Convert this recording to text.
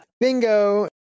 bingo